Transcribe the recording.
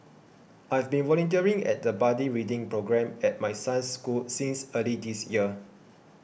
I've been volunteering at the buddy reading programme at my son's school since early this year